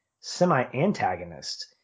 semi-antagonists